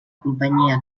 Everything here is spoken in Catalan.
companyia